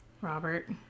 robert